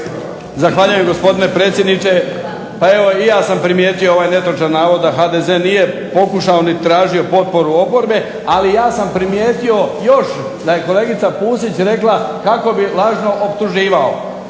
Zahvaljujem gospodine predsjedniče. Pa evo i ja sam primijetio ovaj netočan navod da HDZ nije pokušao ni tražio potporu oporbe, ali ja sam primijetio još da je kolegica Pusić rekla kako bi lažno optuživao.